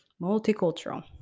Multicultural